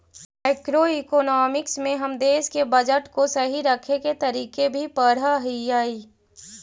macroeconomics में हम देश के बजट को सही रखे के तरीके भी पढ़अ हियई